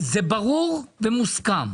זה ברור ומוסכם